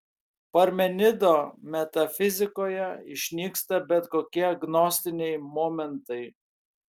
parmenido metafizikoje išnyksta bet kokie gnostiniai momentai